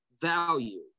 value